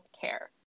care